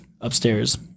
upstairs